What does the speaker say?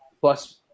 plus